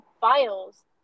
files